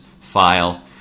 file